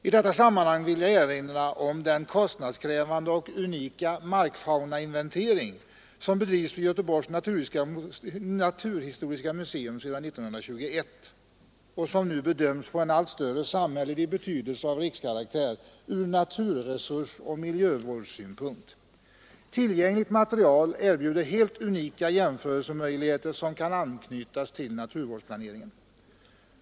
I detta sammanhang vill jag erinra om den kostnadskrävande och unika markfaunainventering som bedrivs vid Göteborgs naturhistoriska museum sedan 1921 och som nu bedöms få en allt större samhällelig betydelse av rikskaraktär från naturresursoch miljövårdssynpunkt. Tillgängligt material erbjuder helt unika jämförelsemöjligheter, som kan anknytas till naturvårdsplaneringen.